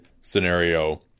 scenario